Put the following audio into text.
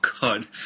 God